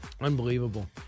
Unbelievable